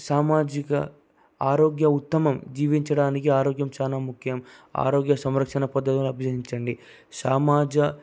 సామాజిక ఆరోగ్య ఉత్తమం జీవించడానికి ఆరోగ్యం చాలా ముఖ్యం ఆరోగ్య సంరక్షణ పద్ధతులను అభ్యసించండి సమాజ